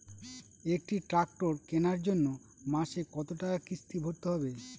একটি ট্র্যাক্টর কেনার জন্য মাসে কত টাকা কিস্তি ভরতে হবে?